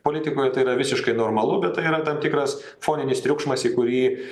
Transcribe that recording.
politikoj tai yra visiškai normalu bet tai yra tam tikras foninis triukšmas į kurį